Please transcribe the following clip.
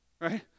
right